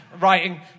writing